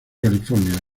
california